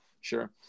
Sure